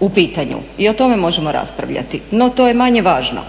u pitanju i o tome možemo raspravljati. No to je manje važno.